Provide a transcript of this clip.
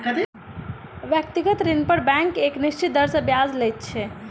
व्यक्तिगत ऋण पर बैंक एक निश्चित दर सॅ ब्याज लैत छै